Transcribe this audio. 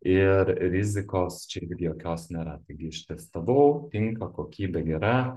ir rizikos čia jokios nėra taigi ištestavau tinka kokybė gera